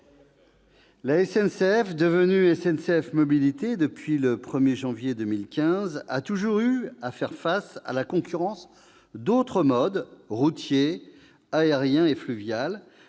La SNCF, devenue SNCF Mobilités le 1 janvier 2015, a toujours eu à faire face à la concurrence d'autres modes- routier, aérien et fluvial -,